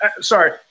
sorry